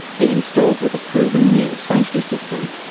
be installed with a proven new safety system.